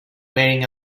wearing